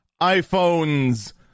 iPhone's